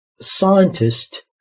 scientist